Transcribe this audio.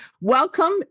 Welcome